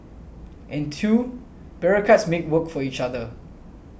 and two bureaucrats make work for each other